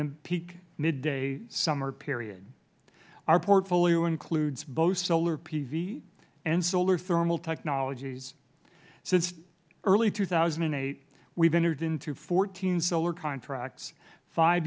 the peak midday summer period our portfolio includes both solar pv and solar thermal technologies since early two thousand and eight we have entered into fourteen solar contracts five